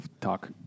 talk